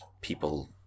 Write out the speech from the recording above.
people